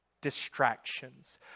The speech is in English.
distractions